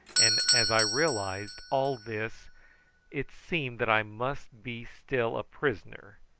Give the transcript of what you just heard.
and as i realised all this it seemed that i must be still a prisoner,